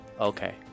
Okay